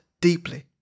deeply